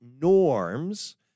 norms